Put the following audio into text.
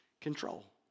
control